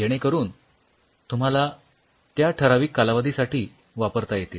जेणे करून तुम्हाला त्या ठराविक कालावधीसाठी वापरता येतील